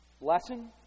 Lesson